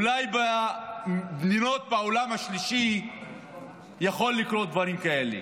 אולי במדינות העולם השלישי יכולים לקרות דברים כאלה.